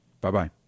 Bye-bye